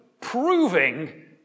proving